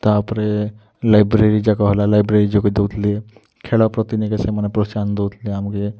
ତା'ପରେ ଲାଇବ୍ରେରୀ ଯାକ ହେଲା ଲାଇବ୍ରେରୀ ଯୋଗେଇ ଦଉ ଥିଲେ ଖେଳ ପ୍ରତି ନିକେ ସେମାନେ ପ୍ରୋତ୍ସାହନ ଦଉ ଥିଲେ ଆମ୍କେ